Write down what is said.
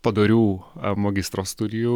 padorių magistro studijų